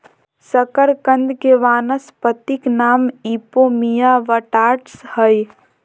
शकरकंद के वानस्पतिक नाम इपोमिया बटाटास हइ